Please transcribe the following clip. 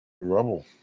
rubble